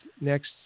next